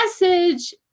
message